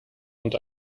und